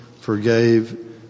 forgave